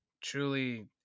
truly